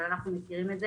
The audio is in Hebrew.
אבל אנחנו מכירים את זה.